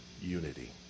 unity